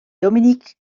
dominique